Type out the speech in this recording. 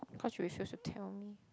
cause you refuse to tell me